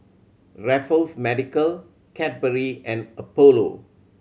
Raffles Medical Cadbury and Apollo